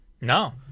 No